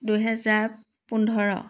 দুহেজাৰ পোন্ধৰ